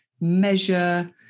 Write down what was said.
measure